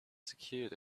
secured